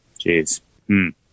Jeez